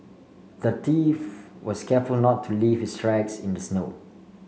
the thief was careful not to leave his tracks in the snow